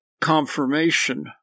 confirmation